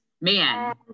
man